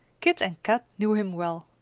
kit and kat knew him well.